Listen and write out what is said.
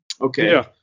Okay